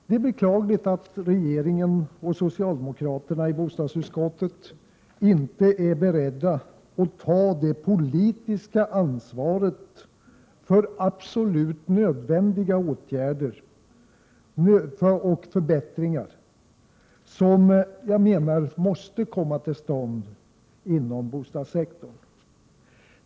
Det är beklagligt att regeringen och socialdemokraterna i bostadsutskottet inte är beredda att ta det politiska ansvaret för absolut nödvändiga förbättringar som måste komma till stånd inom bostadssektorn.